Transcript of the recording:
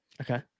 Okay